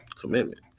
commitment